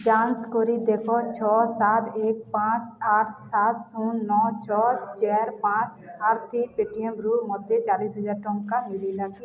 ଯାଞ୍ଚ କରି ଦେଖ ଛଅ ସାତ ଏକ ପାଞ୍ଚ ଆଠ ସାତ ଶୂନ୍ ନଅ ଛଅ ଚାରି ପାଞ୍ଚ ପେଟିଏମ୍ରୁ ମୋତେ ଚାଳିଶି ହଜାର ଟଙ୍କା ମିଳିଲା କି